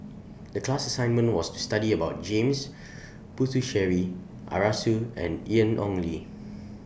The class assignment was to study about James Puthucheary Arasu and Ian Ong Li